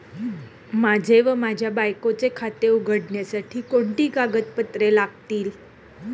माझे व माझ्या बायकोचे खाते उघडण्यासाठी कोणती कागदपत्रे लागतील?